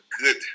good